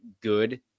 good